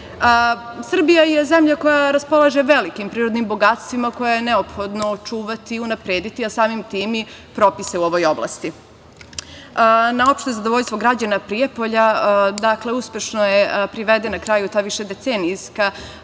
je zemlja koja raspolaže velikim prirodnim bogatstvima, koje je neophodno očuvati i unaprediti, a samim tim i propise u ovoj oblasti. Na opšte zadovoljstvo građana Prijepolja, uspešno je privedena kraju taj višedecenijski